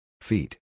Feet